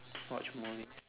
watch movies